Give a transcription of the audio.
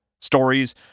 Stories